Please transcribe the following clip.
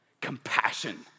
Compassion